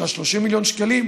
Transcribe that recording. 30 מיליון שקל,